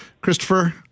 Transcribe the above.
Christopher